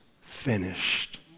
finished